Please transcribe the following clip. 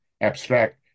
abstract